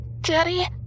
Daddy